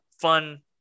fun